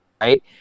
right